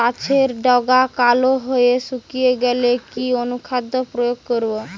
গাছের ডগা কালো হয়ে শুকিয়ে গেলে কি অনুখাদ্য প্রয়োগ করব?